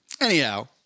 Anyhow